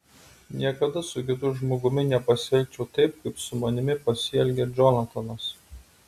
niekada su kitu žmogumi nepasielgčiau taip kaip su manimi pasielgė džonatanas